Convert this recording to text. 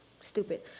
Stupid